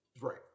Right